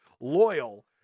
loyal